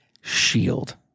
shield